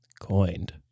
Coined